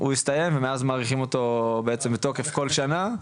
הוא הסתיים ומאז מאריכים אותו בעצם בתוקף כל שנה.